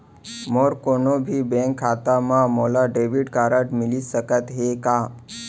मोर कोनो भी बैंक खाता मा मोला डेबिट कारड मिलिस सकत हे का?